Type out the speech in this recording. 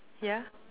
yeah